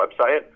website